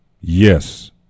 yes